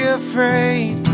afraid